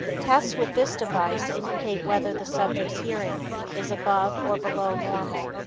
tests with this device indicate whether the subject's hearing is above or below normal.